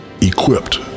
equipped